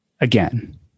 again